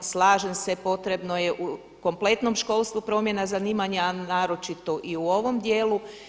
Slažem se, potrebno je u kompletnom školstvu promjena zanimanja a naročito i u ovom dijelu.